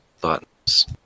Buttons